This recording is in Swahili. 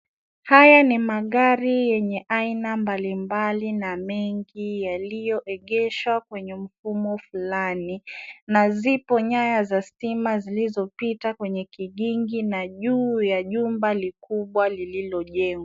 Haya ni magari yenye aina mbali mbali aina mengi, yaliyo egeshwa kwenye mfumo fulani. Na zipo nyaya za stima zilizopita kwenye kigingi .Na juu ya jumba kubwa lilojengwa.